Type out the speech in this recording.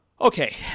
Okay